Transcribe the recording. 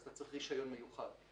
אז צריך רישיון מיוחד,